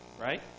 right